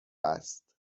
است